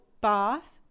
bath